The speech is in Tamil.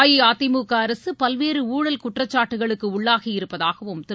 அஇஅதிமுக அரசு பல்வேறு ஊழல் குற்றச்சாட்டுகளுக்கு உள்ளாகியிருப்பதாகவும் திரு